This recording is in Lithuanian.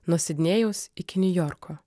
nuo sidnėjaus iki niujorko